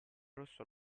rosso